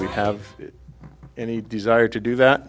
we have any desire to do that